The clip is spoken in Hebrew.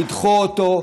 תדחו אותו,